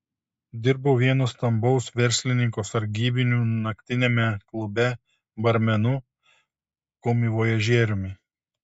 dirbau vieno stambaus verslininko sargybiniu naktiniame klube barmenu komivojažieriumi